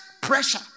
pressure